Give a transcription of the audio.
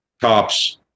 cops